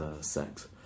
sex